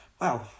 wow